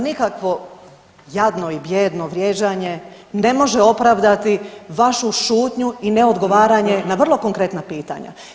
Nikakvo jadno i bijedno vrijeđanje ne može opravdati vašu šutnju i neodgovaranje na vrlo konkretna pitanja.